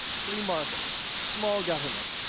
free markets, small government,